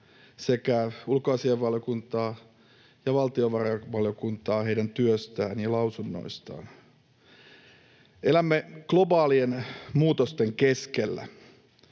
sekä ulkoasiainvaliokuntaa ja valtiovarainvaliokuntaa heidän työstään ja lausunnoistaan. Elämme globaalien muutosten keskellä.